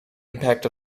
impact